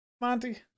Monty